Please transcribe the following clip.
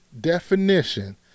definition